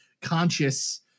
conscious